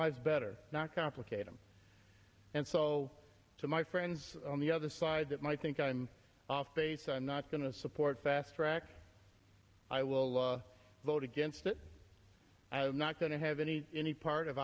lives better not complicate him and so to my friends on the other side that might think i'm off base i'm not going to support fast track i will vote against it i'm not going to have any any part of